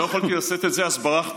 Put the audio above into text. לא יכולתי לשאת את זה, אז ברחתי.